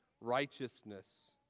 righteousness